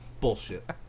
Bullshit